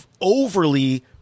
overly